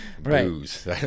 booze